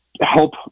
help